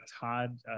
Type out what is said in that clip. Todd